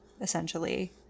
essentially